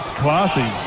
classy